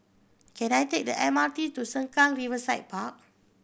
can I take the M R T to Sengkang Riverside Park